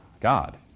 God